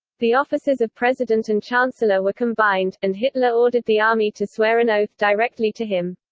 the offices of president and chancellor were combined, and hitler ordered the army to swear an oath directly to him.